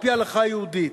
על-פי ההלכה היהודית.